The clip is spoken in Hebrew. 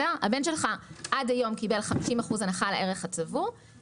עד היום הוא קיבל 50% הנחה על הערך הצבור,